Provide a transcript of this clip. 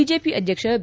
BJP ಅಧ್ಯಕ್ಷ B